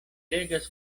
regas